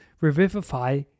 revivify